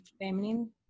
feminine